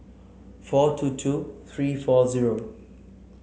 four two two three four zero